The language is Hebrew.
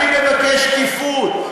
אני מבקש שקיפות.